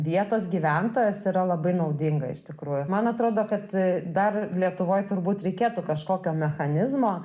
vietos gyventojas yra labai naudinga iš tikrųjų man atrodo kad dar lietuvoj turbūt reikėtų kažkokio mechanizmo